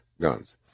guns